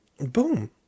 Boom